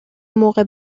موقع